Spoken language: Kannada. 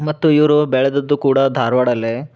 ಮತ್ತು ಇವರು ಬೆಳೆದಿದ್ದು ಕೂಡ ಧಾರ್ವಾಡದಲ್ಲೇ